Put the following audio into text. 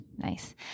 Nice